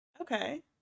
Okay